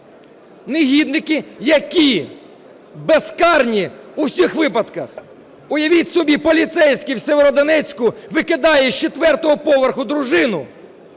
негідники, які безкарні у всіх випадках. Уявіть собі, поліцейський у Сєвєродонецьку викидає з четвертого поверху дружину,